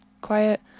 quiet